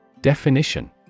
Definition